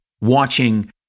watching